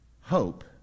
hope